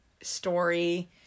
story